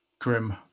Grim